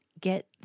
get